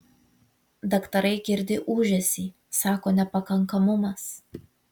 daktarai girdi ūžesį sako nepakankamumas